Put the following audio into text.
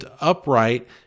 upright